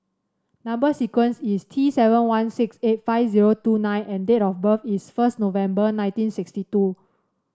number sequence is T seven one six eight five zero two nine and date of birth is first November nineteen sixty two